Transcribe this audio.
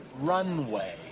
runway